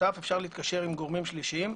המשותף אפשר להתקשר עם גורמים שלישיים.